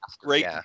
great